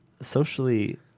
socially